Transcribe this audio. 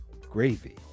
gravy